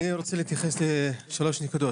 אני רוצה להתייחס לשלוש נקודות,